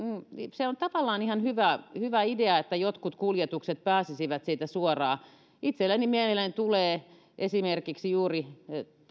se on tavallaan ihan hyvä hyvä idea että jotkut kuljetukset pääsisivät siitä suoraan itselleni mieleen tulee esimerkiksi juuri